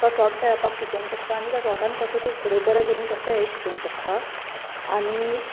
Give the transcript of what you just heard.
तो शाॅट खेळपाक शिकोंक शकता आनी त्या शाॅर्टान तूं फुडें कशें बरें करूंक शकता हें तुका शिकोंक शकता आनी